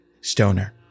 stoner